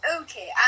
okay